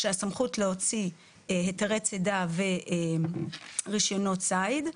שהסמכות להוציא היתרי צידה ורישיונות ציד.